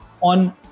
on